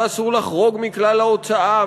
ואסור לחרוג מכלל ההוצאה,